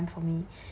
for me